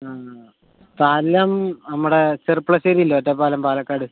സ്ഥലം നമ്മുടെ ചെർപ്പുളശ്ശേരിയല്ലേ ഒറ്റപ്പാലം പാലക്കാട്